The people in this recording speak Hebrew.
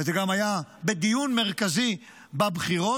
וזה גם היה בדיון מרכזי בבחירות,